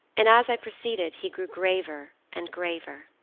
and as i proceeded he grew graver and graver.